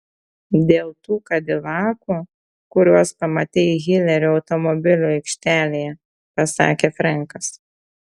dėl tų kadilakų kuriuos pamatei hilerio automobilių aikštelėje pasakė frenkas